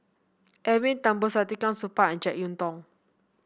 Edwin Thumboo Saktiandi Supaat and JeK Yeun Thong